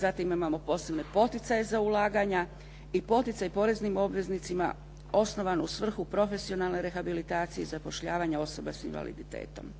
Zatim imamo posebne poticaje za ulaganja i poticaj poreznim obveznicima osnovan u svrhu profesionalne rehabilitacije i zapošljavanja osoba s invaliditetom.